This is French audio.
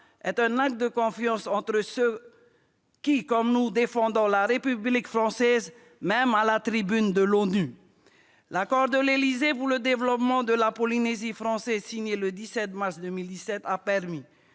est un acte de confiance envers ceux qui, comme nous, défendent la République française, même à la tribune de l'ONU. L'accord de l'Élysée pour le développement de la Polynésie française signé le 17 mars 2017 a permis